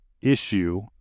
issue